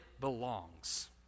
belongs